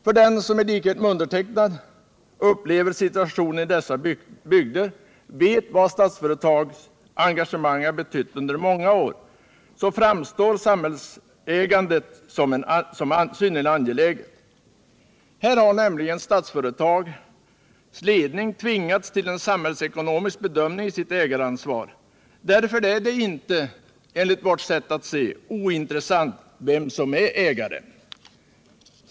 För den som i likhet med mig upplever situationen i dessa bygder och vet vad Statsföretags engagemang betytt under många år framstår samhällsägandet som angeläget. Här har nämligen Statsföretags ledning tvingats till en samhällsekonomisk bedömning i sitt ägaransvar. Därför är det inte enligt vårt sätt att se ointressant vem som är ägare.